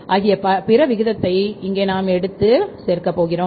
ஆகிய பிற விகிதத்தை இங்கே நான் இங்கே சேர்க்கிறேன்